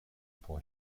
pour